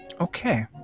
okay